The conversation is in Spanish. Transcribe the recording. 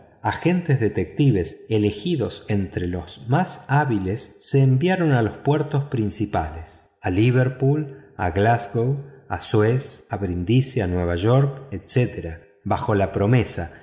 agentes detectives elegidos entre los más hábiles fueron enviados a las puertos principales a liverpool a glasgow a brindisi a nueva york etc bajo la promesa